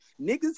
Niggas